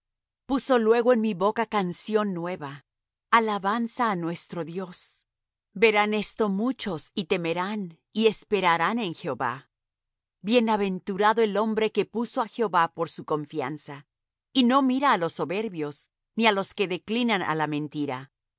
puso luego en mi boca canción nueva alabanza á nuestro dios verán esto muchos y temerán y esperarán en jehová bienaventurado el hombre que puso á jehová por su confianza y no mira á los soberbios ni á los que declinan á la mentira